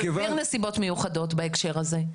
תסביר מה זה נסיבות מיוחדות בהקשר הזה.